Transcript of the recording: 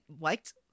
liked